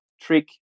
trick